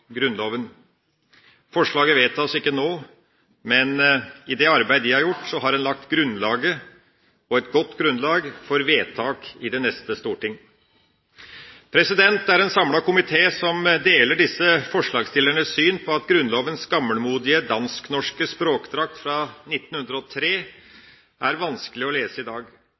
Forslaget vedtas ikke nå, men i det arbeidet de har gjort, har en lagt et godt grunnlag for vedtak i det neste storting. Det er en samlet komité som deler disse forslagsstillernes syn, at Grunnlovens gammelmodige dansk-norske språkdrakt fra 1903 er vanskelig å lese i dag.